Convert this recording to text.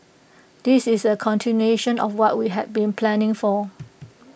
this is A continuation of what we had been planning for